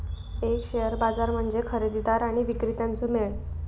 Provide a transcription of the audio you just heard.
एक शेअर बाजार म्हणजे खरेदीदार आणि विक्रेत्यांचो मेळ